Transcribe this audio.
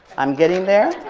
i'm getting there.